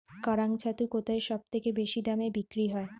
কাড়াং ছাতু কোথায় সবথেকে বেশি দামে বিক্রি হয়?